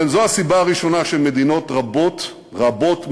זאת הסיבה הראשונה לכך שמדינות רבות, רבות מאוד,